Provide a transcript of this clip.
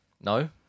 No